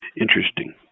Interesting